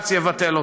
ושבג"ץ יבטל אותה.